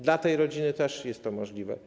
Dla tej rodziny też jest to możliwe.